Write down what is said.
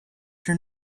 your